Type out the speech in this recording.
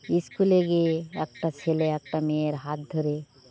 স্কুলে গিয়ে একটা ছেলে একটা মেয়ের হাত ধরে